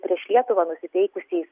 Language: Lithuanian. prieš lietuvą nusiteikusiais